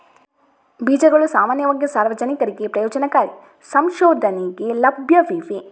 ಬೀಜಗಳು ಸಾಮಾನ್ಯವಾಗಿ ಸಾರ್ವಜನಿಕರಿಗೆ ಪ್ರಯೋಜನಕಾರಿ ಸಂಶೋಧನೆಗೆ ಲಭ್ಯವಿವೆ